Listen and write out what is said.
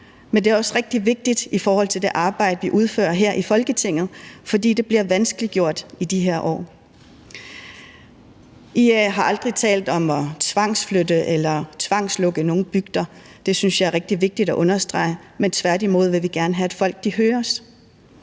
men det er også rigtig vigtigt i forhold til det arbejde, vi udfører her i Folketinget, fordi det bliver vanskeliggjort i de her år. IA har aldrig talt om at tvangsflytte eller tvangslukke nogen bygder – det synes jeg er rigtig vigtigt at understrege – tværtimod vil vi gerne have, at folk høres.